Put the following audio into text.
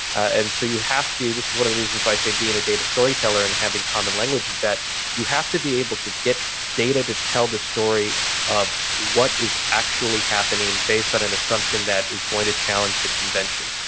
and so you have to. this is one of the reasons why i say being a data storyteller and having common language is that you have to be able to get data to tell the story of what is actually happening based on an assumption that is going to challenge the convention.